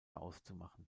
auszumachen